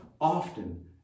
often